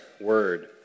word